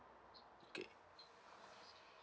okay